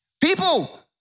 People